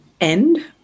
end